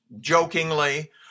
jokingly